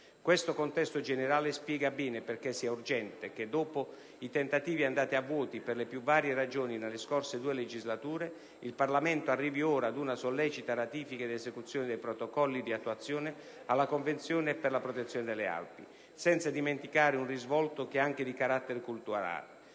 Questo contesto generale spiega bene perché sia urgente che, dopo i tentativi andati a vuoto per le più varie ragioni nelle scorse due legislature, il Parlamento arrivi ora ad una sollecita ratifica ed esecuzione dei Protocolli di attuazione alla Convenzione per la protezione delle Alpi. Non bisogna poi dimenticare un risvolto che è anche di carattere culturale: